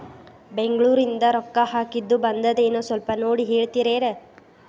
ಬೆಂಗ್ಳೂರಿಂದ ರೊಕ್ಕ ಹಾಕ್ಕಿದ್ದು ಬಂದದೇನೊ ಸ್ವಲ್ಪ ನೋಡಿ ಹೇಳ್ತೇರ?